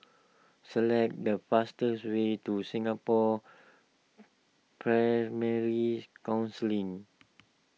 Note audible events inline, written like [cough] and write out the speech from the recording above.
select the fastest way to Singapore primary Council [unintelligible]